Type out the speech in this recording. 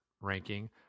ranking